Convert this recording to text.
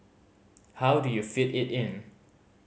how do you fit it in